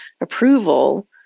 approval